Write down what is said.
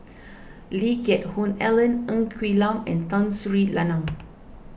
Lee Geck Hoon Ellen Ng Quee Lam and Tun Sri Lanang